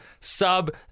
Sub